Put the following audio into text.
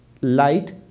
light